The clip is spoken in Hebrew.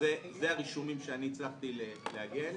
ואלה הרישומים שאני הצלחתי להגיע אליהם,